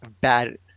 bad